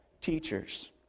teachers